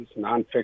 nonfiction